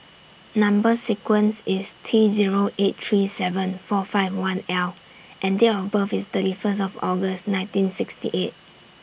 Number sequence IS T Zero eight three seven four five one L and Date of birth IS thirty First of August nineteen sixty eight